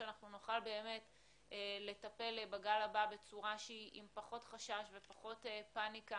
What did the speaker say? שנוכל לטפל בגל הבא בצורה שהיא עם פחות חשש ופחות פאניקה